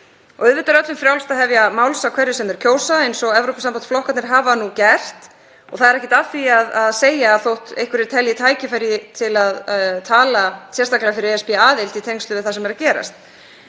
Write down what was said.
Auðvitað er öllum frjálst að hefja máls á hverju sem þeir kjósa eins og Evrópusambandsflokkarnir hafa nú gert og það er ekkert að því að segja það ef einhverjir telja tækifæri til að tala sérstaklega fyrir ESB-aðild í tengslum við það sem er að gerast.